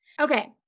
Okay